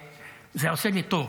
זה עושה לי טוב.